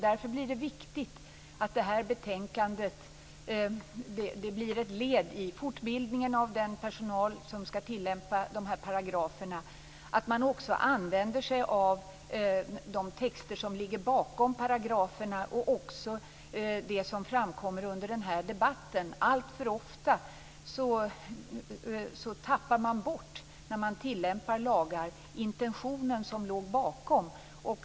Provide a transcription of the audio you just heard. Därför är det viktigt att det här betänkandet blir ett led i fortbildningen av den personal som skall tillämpa paragraferna. Man måste också använda sig av de texter som ligger bakom paragraferna och det som framkommer under den här debatten. När man tillämpar lagar tappar man alltför ofta bort intentionen som låg bakom.